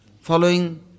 following